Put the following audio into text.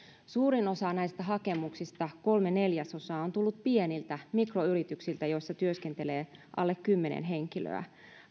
suurin osa näistä hakemuksista kolme neljäsosaa on tullut pieniltä mikroyrityksiltä joissa työskentelee alle kymmenen henkilöä